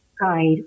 guide